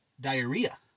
diarrhea